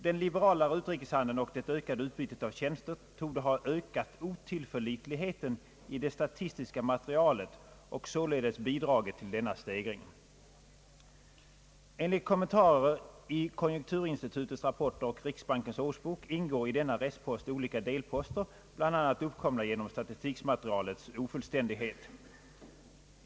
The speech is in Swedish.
Den liberalare utrikeshandeln och det ökade utbytet av tjänster torde ha ökat otillförlitligheten i det statistiska materialet och således bidragit till denna steg årsbok ingår i denna restpost olika delposter bl.a. uppkomna genom statistikmaterialets ofullständighet.